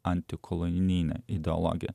antikolonijine ideologija